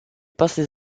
passent